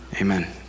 Amen